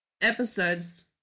episodes